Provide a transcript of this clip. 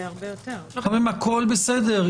הכל בסדר.